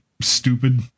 stupid